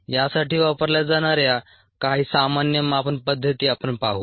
यासाठी वापरल्या जाणार्या काही सामान्य मापन पद्धती आपण पाहू